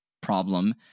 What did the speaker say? problem